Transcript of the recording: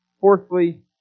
Fourthly